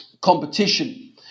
competition